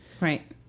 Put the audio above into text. Right